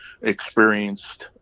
experienced